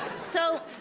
so,